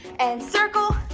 and circle,